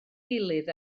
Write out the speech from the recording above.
gilydd